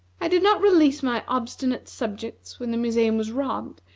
i did not release my obstinate subjects when the museum was robbed,